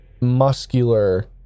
muscular